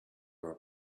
were